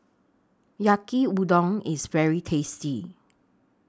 Yaki Udon IS very tasty